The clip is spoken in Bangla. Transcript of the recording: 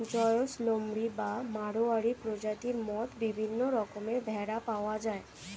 জয়সলমেরি ও মাড়োয়ারি প্রজাতির মত বিভিন্ন রকমের ভেড়া পাওয়া যায়